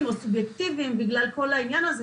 או סובייקטיביים בגלל כל העניין הזה,